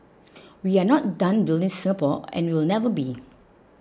we are not done building Singapore and we will never be